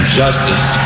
justice